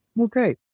Okay